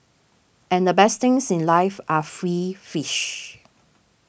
and the best things in life are free fish